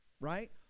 right